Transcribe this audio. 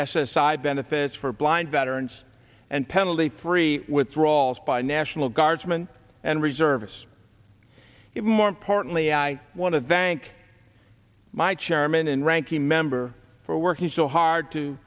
i benefits for blind veterans and penalty free withdrawals by national guardsmen and reservists more importantly i want to thank my chairman and ranking member for working so hard to